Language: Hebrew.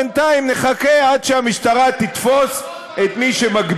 ובינתיים נחכה עד שהמשטרה תתפוס את מי,